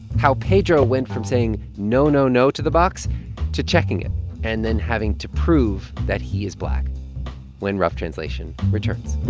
how pedro went from saying no, no, no to the box to checking it and then having to prove that he is black when rough translation returns